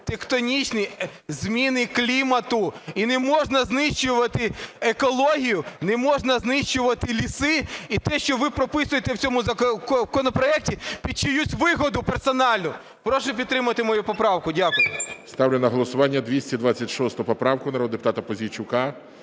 тектонічні зміни клімату, і не можна знищувати екологію, не можна знищувати ліси. І те, що ви прописуєте в цьому законопроекті під чиюсь вигоду персональну… Прошу підтримати мою поправку. Дякую. ГОЛОВУЮЧИЙ. Ставлю на голосування 226 поправку народного депутата Пузійчука.